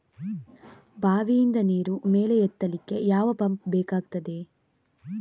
ಬಾವಿಯಿಂದ ನೀರು ಮೇಲೆ ಎತ್ತಲಿಕ್ಕೆ ಯಾವ ಪಂಪ್ ಬೇಕಗ್ತಾದೆ?